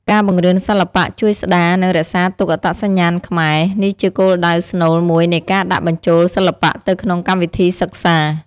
ការបង្រៀនសិល្បៈជួយស្តារ និងរក្សាទុកអត្តសញ្ញាណខ្មែរ នេះជាគោលដៅស្នូលមួយនៃការដាក់បញ្ចូលសិល្បៈទៅក្នុងកម្មវិធីសិក្សា។